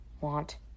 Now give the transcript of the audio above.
want